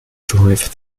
drive